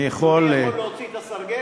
אני יכול, אדוני יכול להוציא את הסרגל?